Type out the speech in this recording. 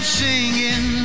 singing